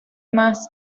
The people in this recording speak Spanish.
más